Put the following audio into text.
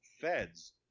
Feds